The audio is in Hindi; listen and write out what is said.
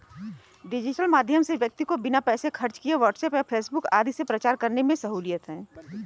डिजिटल माध्यम से व्यक्ति को बिना पैसे खर्च किए व्हाट्सएप व फेसबुक आदि से प्रचार करने में सहूलियत है